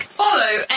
follow